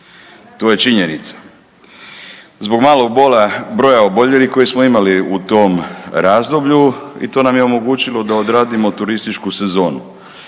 to je činjenica zbog malog broja oboljelih koje smo imali u tom razdoblju i to nam omogućilo da odradimo turističku sezonu.